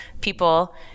people